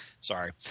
Sorry